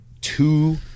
two